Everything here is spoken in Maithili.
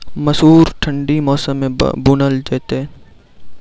मसूर ठंडी मौसम मे बूनल जेतै?